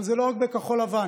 אבל זה לא רק בכחול לבן.